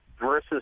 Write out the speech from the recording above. versus